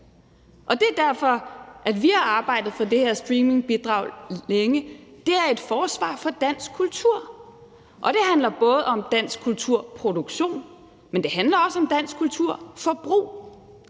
Det er derfor, vi har arbejdet for det her streamingbidrag længe. Det er et forsvar for dansk kultur, og det handler både om dansk kulturproduktion, men det handler også om dansk kulturforbrug.